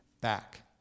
back